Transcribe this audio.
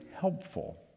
helpful